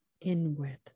inward